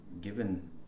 given